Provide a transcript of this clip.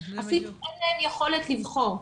אפילו אין להם יכולת לבחור,